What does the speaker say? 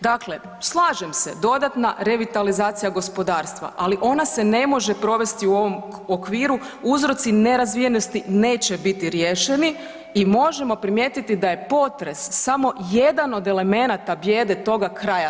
Dakle, slažem se dodatna revitalizacija gospodarstva, ali ona se ne može provesti u ovom okviru uzroci nerazvijenosti neće biti riješeni i možemo primijetiti da je potres samo jedan od elemenata bijede toga kraja.